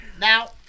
Now